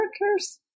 workers